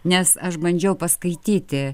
nes aš bandžiau paskaityti